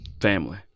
family